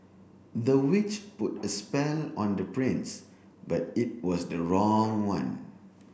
the witch put a spell on the prince but it was the wrong one